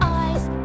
eyes